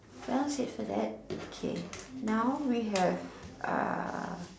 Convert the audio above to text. well said for that okay now we have uh